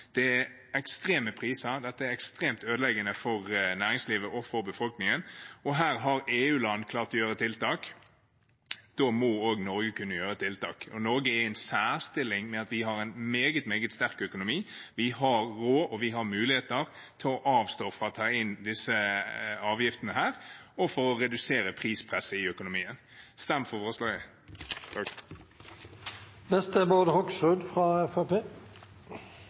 Det er ekstreme priser, dette er ekstremt ødeleggende for næringslivet og befolkningen. EU-land har klart å innføre tiltak, og da må også Norge kunne innføre tiltak. Norge er i en særstilling ved at vi har en meget sterk økonomi. Vi har råd og muligheter til å avstå fra å ta inn disse avgiftene og til å redusere prispresset i økonomien. Stem for forslaget! Én ting er